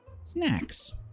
snacks